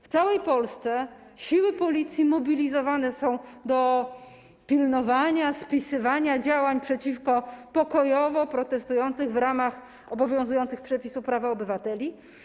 W całej Polsce siły policji mobilizowane są do pilnowania, spisywania, działań przeciwko pokojowo protestującym w ramach obowiązujących przepisów prawa obywatelom.